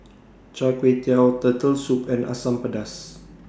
Char Kway Teow Turtle Soup and Asam Pedas